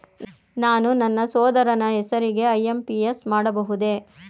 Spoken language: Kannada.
ನಾನು ನನ್ನ ಸಹೋದರನ ಹೆಸರಿಗೆ ಐ.ಎಂ.ಪಿ.ಎಸ್ ಮಾಡಬಹುದೇ?